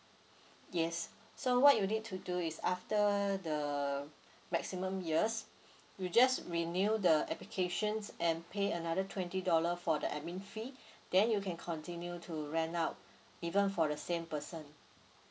yes so what you need to do is after the maximum years you just renew the applications and pay another twenty dollar for the admin fee then you can continue to rent out even for the same person